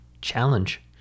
challenge